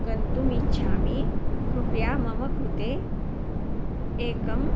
गन्तुम् इच्छामि कृपया मम कृते एकम्